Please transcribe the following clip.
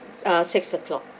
ah six O'clock